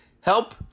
help